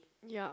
yup